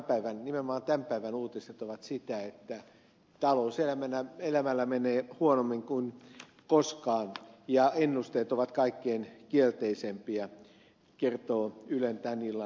nimenomaan tämän päivän uutiset ovat sitä että talouselämällä menee huonommin kuin koskaan ja ennusteet ovat kaikkein kielteisimpiä kertovat ylen tämän illan uutiset